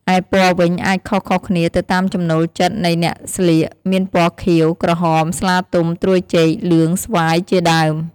ឯពណ៌វិញអាចខុសៗគ្នាទៅតាមចំណូលចិត្តនៃអ្នកស្លៀក មានពណ៌ខៀវ, ក្រហម, ស្លាទុំ, ត្រួយចេក, លឿង, ស្វាយ ជាដើម។